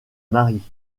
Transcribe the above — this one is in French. marie